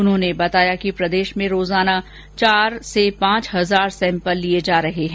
उन्होंने बताया कि प्रदेश में रोजाना चार से पांच हजार सैम्पल लिए जा रहे हैं